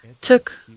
took